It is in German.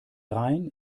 rhein